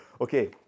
Okay